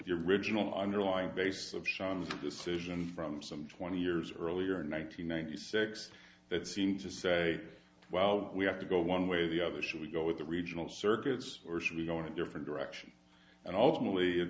your original underlying basis of decision from some twenty years earlier in one nine hundred ninety six that seemed to say well we have to go one way or the other should we go with the regional circuits or should we going to different direction and ultimately